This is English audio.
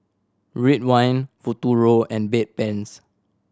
Ridwind Futuro and Bedpans